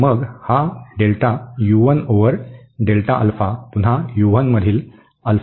आणि मग हा delta u 1 over delta alpha पुन्हा u 1 मधील अल्फासंदर्भात डेरीव्हेटिव होईल